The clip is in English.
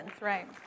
right